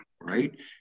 right